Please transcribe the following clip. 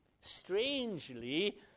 strangely